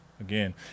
again